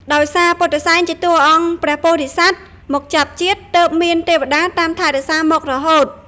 ដោយសារពុទ្ធិសែនជាតួអង្គព្រះពោធិសត្វមកចាប់ជាតិ ទើបមានទេវតាតាមថែរក្សាមករហូត។